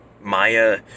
maya